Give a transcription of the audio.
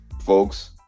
folks